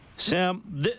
Sam